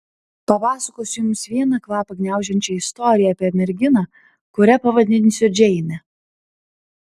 papasakosiu jums vieną kvapą gniaužiančią istoriją apie merginą kurią pavadinsiu džeine